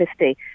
50